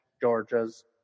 Georgia's